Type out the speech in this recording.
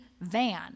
van